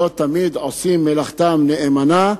לא תמיד עושים מלאכתם נאמנה,